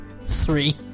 three